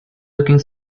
looking